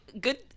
good